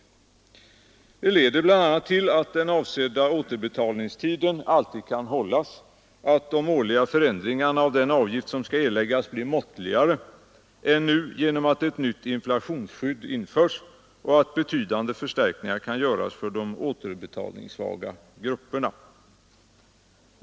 Detta leder bl.a. till att den avsedda återbetalningstiden alltid kan hållas, att de årliga förändringarna av den avgift som skall erläggas blir måttligare än nu genom att ett nytt inflationsskydd införs och att betydande förstärkningar kan göras för de återbetalningssvaga grupperna.